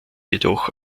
jedoch